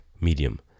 medium